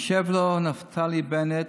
יושב לו נפתלי בנט,